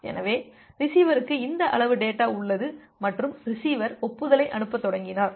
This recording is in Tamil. எனவே ரிசீவருக்கு இந்த அளவு டேட்டா உள்ளது மற்றும் ரிசீவர் ஒப்புதலை அனுப்பத் தொடங்கினார்